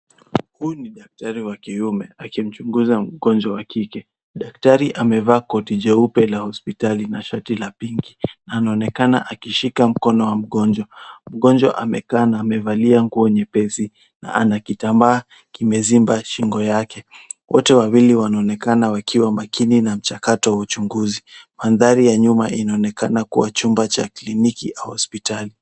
Huyu ni daktari wa kiume akimchunguza mngojwa wa kike. Daktari amevaa koti jeupe la hospitali na shati la pinki. Anaonekana akishika mkono wa mgonjwa. Mgonjwa amekaa na amevalia nguo nyepesi na ana kitambaa imeziba shingo yake. Wote wawili wakionekana kuwa makini na mchakato wa uchunguzi. Maandari ya nyuma inaonekana kuwa chumba cha kliniki au hospitali.